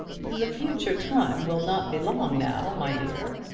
the future time will not be long now, my dear.